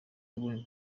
yabonye